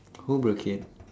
who broke it